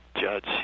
judge